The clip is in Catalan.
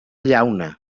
llauna